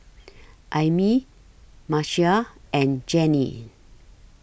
Ami Marcia and Jennie